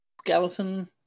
skeleton